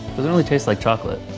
doesn't really tastes like chocolate.